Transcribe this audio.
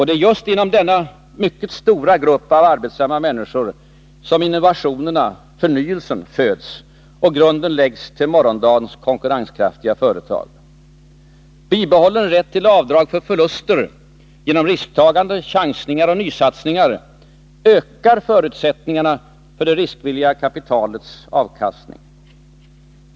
Det är just inom denna mycket stora grupp av arbetsamma människor som innovationerna, förnyelsen, föds och grunden läggs till morgondagens konkurrenskraftiga företag. Bibehållen rätt till avdrag för förluster genom risktagande, chansning och nysatsningar ökar förutsättningarna för det riskvilliga kapitalets avkastning.